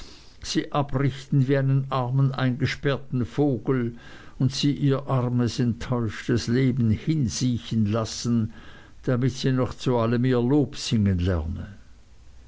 sie abrichten wie einen armen eingesperrten vogel und sie ihr armes enttäuschtes leben hinsiechen lassen damit sie noch zu allem ihr lob singen lerne